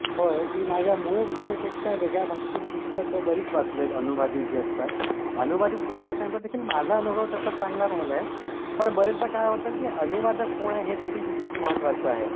होय मी माझ्या मूळ भाषेपेक्षा वेगळ्या भाषेतील पुस्तकं बरीच वाचले आहेत अनुवादित जे असतात अनुवादित पुस्तकांचा देखील माझा अनुभव तसा चांगला राहिला आहे पण बरेचदा काय होतं की अनुवादक कोण आहे हे देखील तितकंच महत्त्वाचं आहे